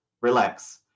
relax